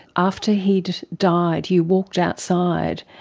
after he'd died, you walked outside,